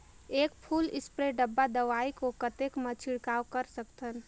एक full spray डब्बा दवाई को कतेक म छिड़काव कर सकथन?